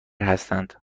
هستند